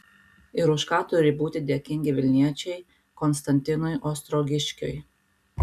ir už ką turi būti dėkingi vilniečiai konstantinui ostrogiškiui